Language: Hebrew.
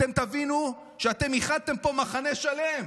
אתם תבינו שאתם איחדתם פה מחנה שלם.